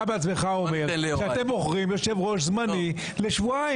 שאתם בוחרים יושב-ראש זמני לשבועיים.